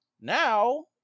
now